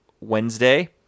Wednesday